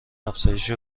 افزایش